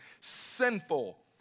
sinful